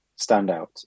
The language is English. standout